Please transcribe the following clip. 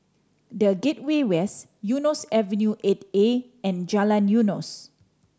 The Gateway West Eunos Avenue Eight A and Jalan Eunos